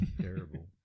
Terrible